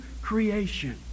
creation